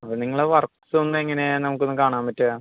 അപ്പോൾ നിങ്ങളുടെ വർക്സ് ഒന്ന് എങ്ങനെയാണ് നമുക്കൊന്ന് കാണാൻ പറ്റുക